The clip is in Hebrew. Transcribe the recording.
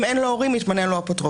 אם אין לו הורים, מתמנה לו אפוטרופוס.